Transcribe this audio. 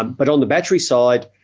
um but on the battery side,